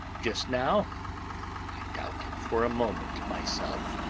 just now i doubted for a moment myself!